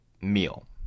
meal